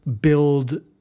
build